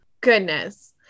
Goodness